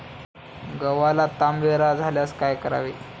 गव्हाला तांबेरा झाल्यास काय करावे?